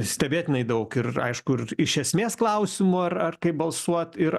stebėtinai daug ir aišku ir iš esmės klausimų ar ar kaip balsuot ir